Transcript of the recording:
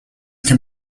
can